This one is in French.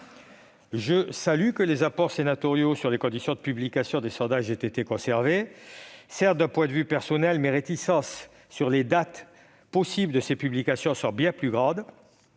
le fait que les apports sénatoriaux sur les conditions de publication des sondages aient été conservés. Certes, d'un point de vue personnel, mes réticences sur les dates possibles de ces publications sont bien plus grandes.